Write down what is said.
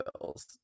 bills